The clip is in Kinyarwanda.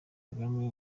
kagame